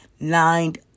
lined